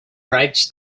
writes